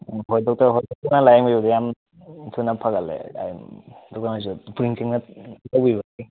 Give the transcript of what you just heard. ꯎꯝ ꯍꯣꯏ ꯗꯣꯛꯇꯔ ꯍꯣꯏꯅ ꯂꯥꯏꯌꯦꯡꯕꯤꯕꯗꯩ ꯌꯥꯝꯅ ꯊꯨꯅ ꯐꯒꯠꯂꯛꯑꯦ ꯑꯗꯨꯝ ꯑꯗꯨꯒ ꯊꯨꯅ ꯐꯅꯉꯥꯏ ꯇꯧꯕꯤꯕꯗꯒꯤ